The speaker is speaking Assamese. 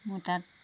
মোৰ তাত